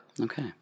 Okay